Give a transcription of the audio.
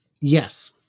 Yes